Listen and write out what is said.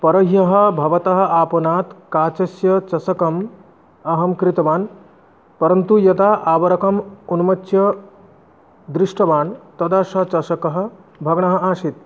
परह्यः भवतः आपणात् काचस्य चषकम् अहं क्रीतवान् परन्तु यदा आवरकम् उन्मोच्य दृष्टवान् तदा सः चषकः भग्नः आसीत्